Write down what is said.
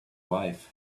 wife